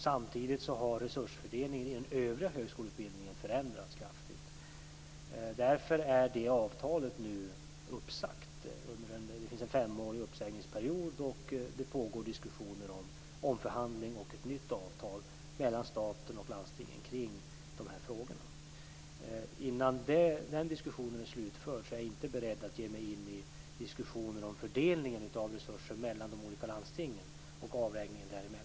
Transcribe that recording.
Samtidigt har resursfördelningen inom den övriga högskoleutbildningen förändrats kraftigt. Därför är detta avtal nu uppsagt. Det finns en femårig uppsägningsperiod, och det pågår diskussioner om omförhandling av ett nytt avtal mellan staten och landstingen kring de här frågorna. Innan den diskussionen är slutförd är jag inte beredd att ge mig in i diskussioner om fördelningen av resurser mellan de olika landstingen och avvägningen däremellan.